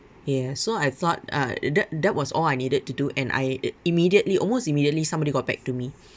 ya so I thought uh t~ that that was all I needed to do and I immediately almost immediately somebody got back to me